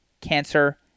cancer